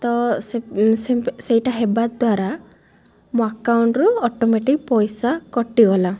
ସେଇଟା ହେବା ଦ୍ୱାରା ମୋ ଆକାଉଣ୍ଟ୍ରୁ ଅଟୋମେଟିକ୍ ପଇସା କଟିଗଲା